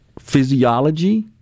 physiology